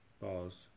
Pause